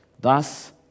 Thus